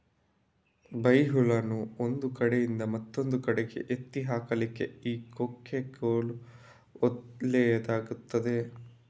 ಬೈಹುಲ್ಲನ್ನು ಒಂದು ಕಡೆಯಿಂದ ಮತ್ತೊಂದು ಕಡೆಗೆ ಎತ್ತಿ ಹಾಕ್ಲಿಕ್ಕೆ ಈ ಕೊಕ್ಕೆ ಕೋಲು ಒಳ್ಳೇದಾಗ್ತದೆ